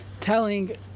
telling